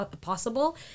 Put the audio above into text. possible